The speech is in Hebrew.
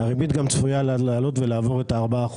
גם הריבית צפויה לעלות ולעבור 4%,